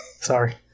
Sorry